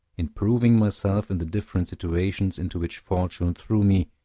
in proving myself in the different situations into which fortune threw me,